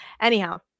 anyhow